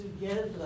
together